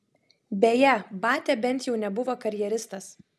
beje batia bent jau nebuvo karjeristas